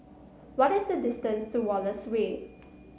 what is the distance to Wallace Way